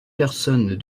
personnes